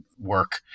work